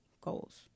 goals